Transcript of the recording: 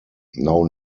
now